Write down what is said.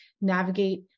navigate